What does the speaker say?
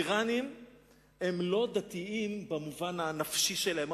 האירנים הם לא דתיים במובן הנפשי שלהם,